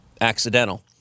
accidental